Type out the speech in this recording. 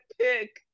pick